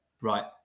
right